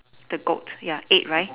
the goat ya eight right